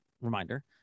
reminder